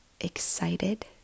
excited